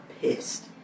pissed